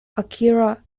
akira